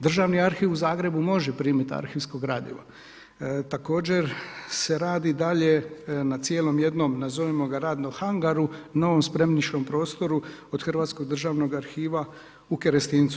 Državni arhiv u Zagrebu može primit arhivsko gradivo, također se radi dalje na cijelom jednom, nazovimo ga radnom hangaru, novom spremišnom prostoru od Hrvatskog državnog arhiva u Kerestincu.